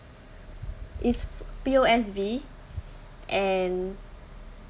it's P_O_S_B and